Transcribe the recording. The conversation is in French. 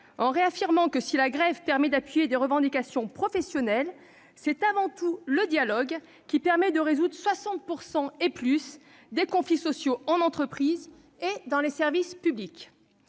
social : si la grève permet d'appuyer des revendications professionnelles, c'est avant tout le dialogue qui résout 60 % et plus des conflits sociaux dans les entreprises et les services publics.